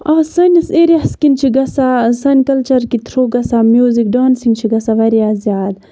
آ سٲنِس ایریا ہَس کِنۍ چھِ گژھان سانہِ کَلچر کہِ تھروٗ گژھان میوٗزِک ڈانسِنگ چھِ گژھان واریاہ زیادٕ